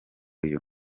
uyu